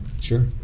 sure